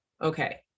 Okay